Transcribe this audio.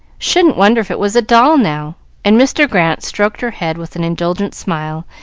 shouldn't wonder if it was a doll now and mr. grant stroked her head with an indulgent smile,